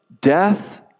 Death